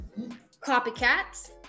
copycats